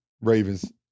Ravens